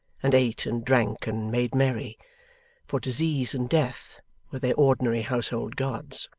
and ate and drank and made merry for disease and death were their ordinary household gods.